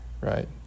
Right